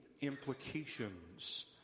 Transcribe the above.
implications